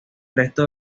resto